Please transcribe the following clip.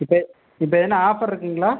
இப்போ இப்ப எதுனா ஆஃபர் இருக்குதுங்களா